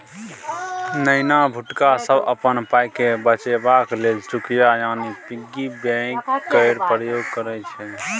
नेना भुटका सब अपन पाइकेँ बचेबाक लेल चुकिया यानी पिग्गी बैंक केर प्रयोग करय छै